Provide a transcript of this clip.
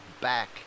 back